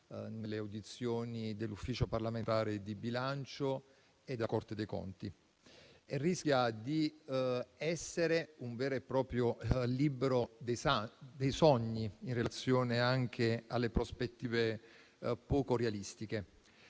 d'Italia, dell'Ufficio parlamentare di bilancio e della Corte dei conti, e rischia di essere un vero e proprio libro dei sogni in relazione anche alle prospettive poco realistiche